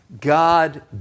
God